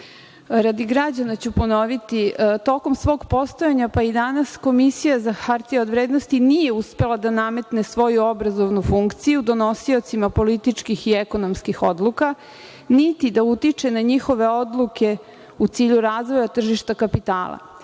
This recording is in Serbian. građana ću ponoviti. Tokom svog postojanja, pa i danas, Komisija za hartije od vrednosti nije uspela da nametne svoju obrazovnu funkciju donosiocima političkih i ekonomskih odluka, niti da utiče na njihove odluke u cilju razvoja tržišta kapitala.